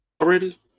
already